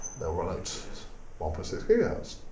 they'll run at one point six gigahertz.